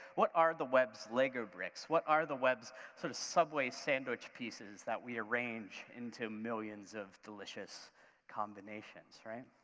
what are the web's lego bricks, what are the web's sort of subway sandwich pieces that we arrange into millions of delicious combinations, right?